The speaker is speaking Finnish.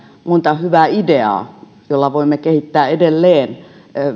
monta hyvää ideaa joilla voimme kehittää edelleen